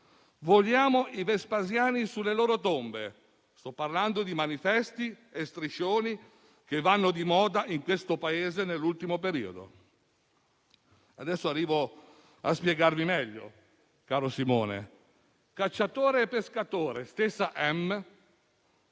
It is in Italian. "Vogliamo i vespasiani sulle loro tombe". Sto parlando di manifesti e striscioni che vanno di moda in questo Paese nell'ultimo periodo. Adesso arrivo a spiegarmi meglio, caro Simone: "Cacciatore e pescatore, stessa